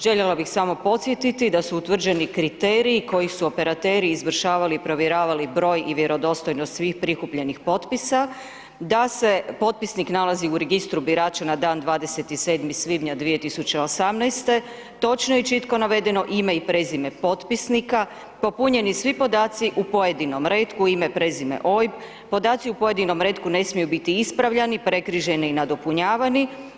Željela bih samo podsjetiti da su utvrđeni kriteriji koji su operateri izvršavali i provjeravali broj i vjerodostojnost svih prikupljenih potpisa, da se potpisnik nalazi u registru birača na dan 27. svibnja 2018., točno i čitko navedeno ime i prezime potpisnika, popunjeni svi podaci u pojedinom retku, ime, prezime, OIB, podaci u pojedinom retku ne smiju biti ispravljani, prekriženi i nadopunjavani.